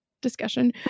discussion